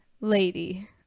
lady